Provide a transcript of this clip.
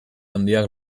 handiak